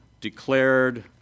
declared